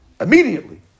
immediately